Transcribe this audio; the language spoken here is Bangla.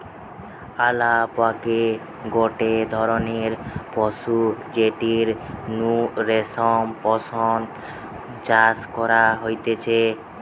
আলাপকে গটে ধরণের পশু যেটির নু রেশম পশম চাষ করা হতিছে